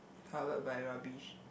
covered by rubbish